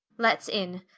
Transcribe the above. let's in,